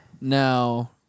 now